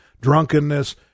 drunkenness